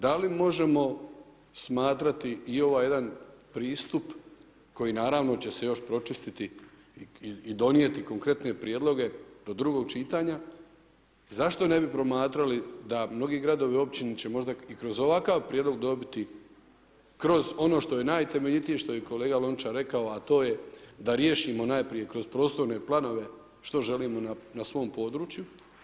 Da li možemo smatrati i ovaj jedan pristup koji naravno će se još pročistiti i donijeti konkretne prijedloge do drugog čitanja zašto ne bio promatrali da mnogi gradovi i općine će možda i kroz ovakav prijedlog dobiti, kroz ono što je najtemeljitije, što je i kolega Lončar rekao, a to je da riješimo najprije kroz prostorne planove što želimo na svom području.